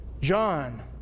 John